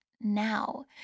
now